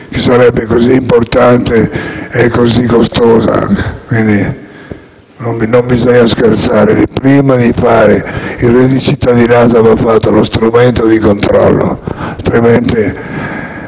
una legge così importante e costosa. Non bisogna scherzare. Prima di fare il reddito di cittadinanza, va fatto lo strumento di controllo, altrimenti